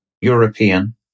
European